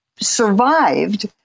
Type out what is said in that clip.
survived